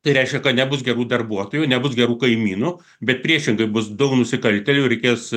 tai reiškia kad nebus gerų darbuotojų nebus gerų kaimynų bet priešingai bus daug nusikaltėlių reikės